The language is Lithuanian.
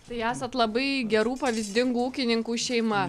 tai esat labai gerų pavyzdingų ūkininkų šeima